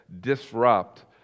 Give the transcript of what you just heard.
disrupt